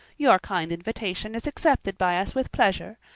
your kind invitation is accepted by us with pleasure,